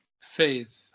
faith